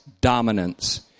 dominance